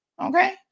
Okay